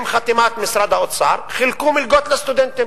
עם חתימת משרד האוצר, חילקו מלגות לסטודנטים,